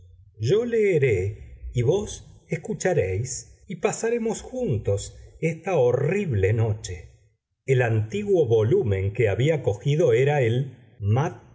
yo leeré y vos escucharéis y pasaremos juntos esta horrible noche el antiguo volumen que había cogido era el mad